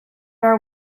our